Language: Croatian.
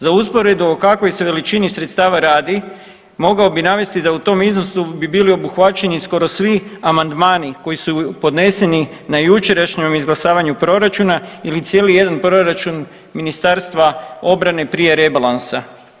Za usporedbu o kakvoj se veličini sredstava radi mogao bi navesti da u tom iznosu bi bili obuhvaćeni skoro svi amandmani koji su podneseni na jučerašnjem izglasavanju proračuna ili cijeli jedan proračun Ministarstva obrane prije rebalansa.